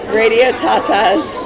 radiotatas